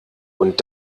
und